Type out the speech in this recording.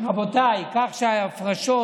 כך שההפרשות